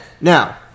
Now